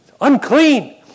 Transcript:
Unclean